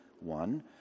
one